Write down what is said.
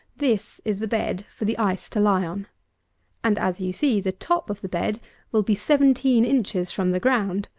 this is the bed for the ice to lie on and as you see, the top of the bed will be seventeen inches from the ground.